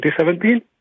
2017